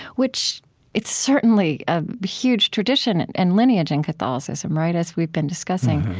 which it's certainly a huge tradition and lineage in catholicism, right, as we've been discussing,